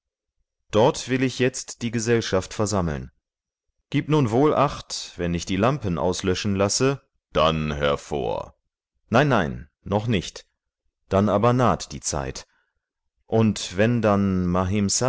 dort will ich jetzt die gesellschaft versammeln gib nun wohl acht wenn ich die lampen auslöschen lasse dann hervor nein nein noch nicht dann aber naht die zeit und wenn dann